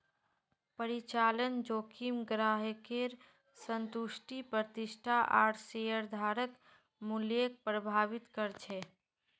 परिचालन जोखिम ग्राहकेर संतुष्टि प्रतिष्ठा आर शेयरधारक मूल्यक प्रभावित कर छेक